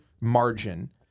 margin